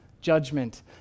judgment